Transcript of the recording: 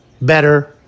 better